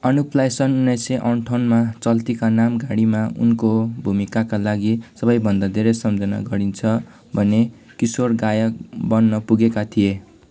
अनुपलाई सन् उन्नाइस सय अन्ठाउन्नमा चल्तीका नाम गाडीमा उनको भूमिकाका लागि सबैभन्दा धेरै सम्झना गरिन्छ भने किशोर गायक बन्न पुगेका थिए